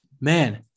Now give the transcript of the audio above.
Man